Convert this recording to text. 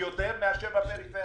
יותר מאשר בפריפריה.